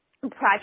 project